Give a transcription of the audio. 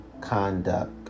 conduct